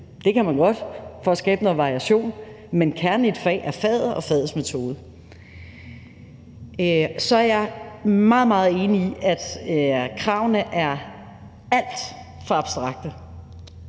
Det kan man godt for at skabe noget variation. Men kernen i et fag er faget og fagets metode. Så er jeg meget, meget enig i, at kravene er alt for abstrakte